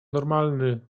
normalny